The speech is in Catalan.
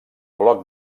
bloc